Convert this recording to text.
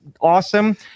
awesome